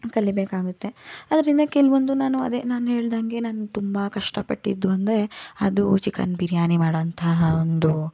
ಕಲಿಬೇಕಾಗುತ್ತೆ ಅದರಿಂದ ಕೆಲವೊಂದು ನಾನು ಅದೇ ನಾನು ಹೇಳ್ದಂತೆ ನಾನು ತುಂಬ ಕಷ್ಟಪಟ್ಟಿದ್ದು ಅಂದರೆ ಅದೂ ಚಿಕನ್ ಬಿರಿಯಾನಿ ಮಾಡೋಂತಹ ಒಂದು